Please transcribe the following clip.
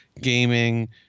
gaming